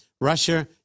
Russia